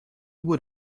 would